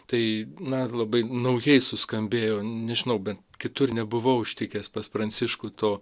tai na labai naujai suskambėjo nežinau bent kitur nebuvau užtikęs pas pranciškų to